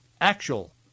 actual